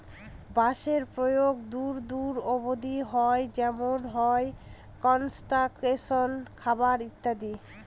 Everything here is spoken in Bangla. বাঁশের প্রয়োগ দূর দূর অব্দি হয় যেমন হয় কনস্ট্রাকশনে, খাবারে ইত্যাদি